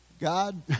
God